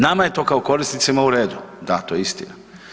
Nama je to kao korisnicima u redu, da to je istina.